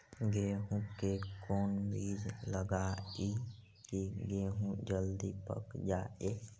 गेंहू के कोन बिज लगाई कि गेहूं जल्दी पक जाए?